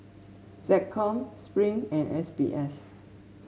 SecCom Spring and S B S